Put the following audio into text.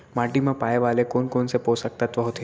माटी मा पाए वाले कोन कोन से पोसक तत्व होथे?